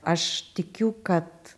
aš tikiu kad